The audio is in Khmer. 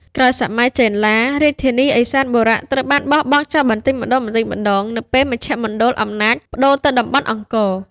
ក្រោយសម័យចេនឡា រាជធានីឦសានបុរៈត្រូវបានបោះបង់ចោលបន្តិចម្តងៗនៅពេលមជ្ឈមណ្ឌលអំណាចប្តូរទៅតំបន់អង្គរ។